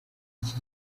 iki